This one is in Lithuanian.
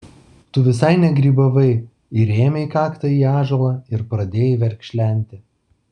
tu visai negrybavai įrėmei kaktą į ąžuolą ir pradėjai verkšlenti